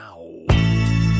now